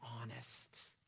honest